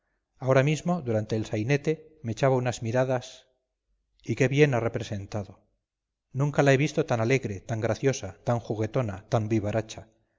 ahora mismo durante el sainete me echaba unas miradas y qué bien ha representado nunca la he visto tan alegre tan graciosa tan juguetona tan vivaracha